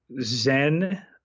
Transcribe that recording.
zen